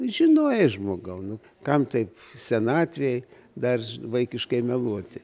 žinojai žmogau nu kam taip senatvėj dar vaikiškai meluoti